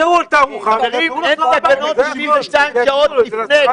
חברים, אין תקנות עדיין, 72 שעות לפני הסגר.